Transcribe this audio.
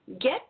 Get